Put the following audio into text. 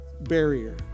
barrier